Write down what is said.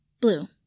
Blue